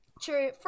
True